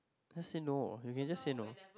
just say no you can just say no